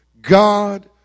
God